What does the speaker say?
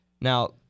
Now